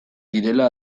direla